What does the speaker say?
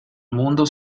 mundo